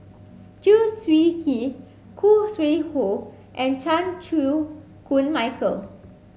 Chew Swee Kee Khoo Sui Hoe and Chan Chew Koon Michael